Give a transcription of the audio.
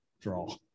draw